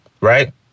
right